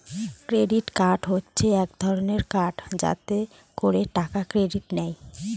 credit card হচ্ছে এক রকমের কার্ড যাতে করে টাকা ক্রেডিট নেয়